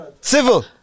Civil